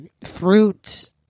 fruit